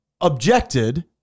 objected